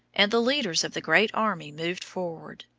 and the leaders of the great army moved forward.